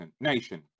nation